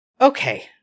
Okay